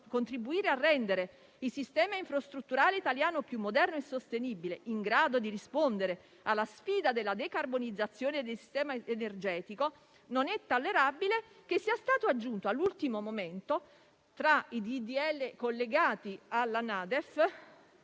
contribuire a rendere il sistema infrastrutturale italiano più moderno e sostenibile, in grado di rispondere alla sfida della decarbonizzazione del sistema energetico, non è tollerabile che sia stato aggiunto all'ultimo momento, tra i disegni di